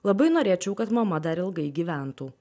labai norėčiau kad mama dar ilgai gyventų